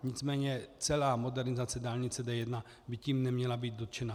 Nicméně celá modernizace dálnice D1 by tím neměla být dotčena.